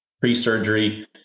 pre-surgery